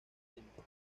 templo